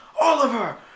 Oliver